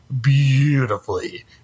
beautifully